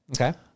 Okay